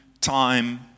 time